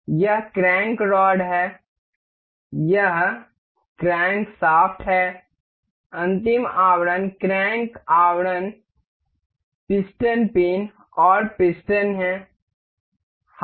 यह crank rod है यह क्रैंकशाफ्ट है अंतिम आवरण क्रैंक आवरण पिस्टन पिन और पिस्टन ही